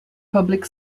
public